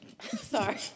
Sorry